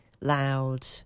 loud